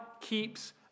keeps